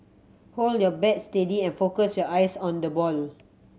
hold your bat steady and focus your eyes on the ball